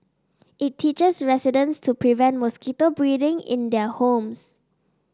it teaches residents to prevent mosquito breeding in their homes